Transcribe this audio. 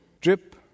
drip